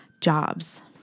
jobs